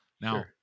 now